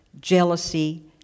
jealousy